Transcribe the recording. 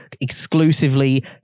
exclusively